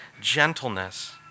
gentleness